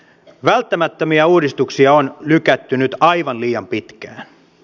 välttämättömiä uudistuksia on lykätty nyt aivan liian pitkään